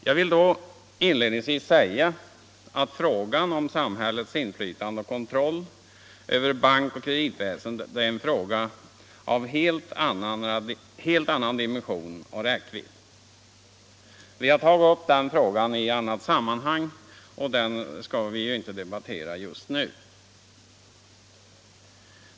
Jag vill då inledningsvis säga att frågan om samhällets inflytande och kontroll över bankoch kreditväsendet är av helt annan dimension och räckvidd. Vi har tagit upp den frågan i annat sammanhang, och den skall inte heller debatteras just nu.